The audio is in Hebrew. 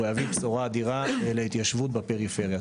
הוא יעביר בשורה אדירה להתיישבות בפריפריה.